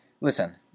listen